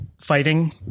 fighting